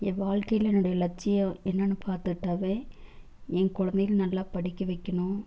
என் வாழ்க்கையில் என்னோடய லட்சியம் என்னென்னு பார்த்துக்கிட்டாவே என் குழந்தைகள நல்லா படிக்க வைக்கணும்